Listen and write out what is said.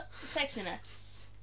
sexiness